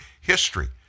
history